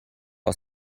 aus